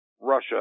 Russia